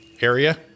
area